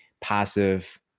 passive